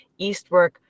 eastwork